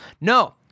No